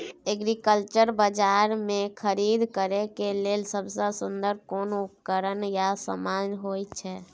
Agriculture बाजार में खरीद करे के लेल सबसे सुन्दर कोन उपकरण या समान होय छै?